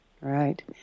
Right